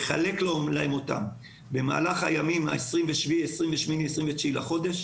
לחלק להם אותן במהלך ה-27 28 29 בחודש.